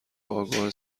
آگاه